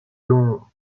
long